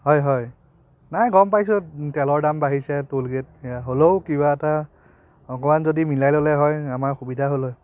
হয় হয় নাই গম পাইছোঁ তেলৰ দাম বাঢ়িছে টোলগেট সেয়া হ'লেও কিবা এটা অকণমান যদি মিলাই ল'লে হয় আমাৰ সুবিধা হ'লে হয়